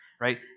Right